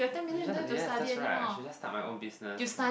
I should just yes that's right I should just start my own business